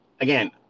again